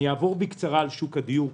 אני אעבור בקצרה על שוק הדיור.